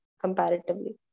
comparatively